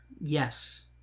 Yes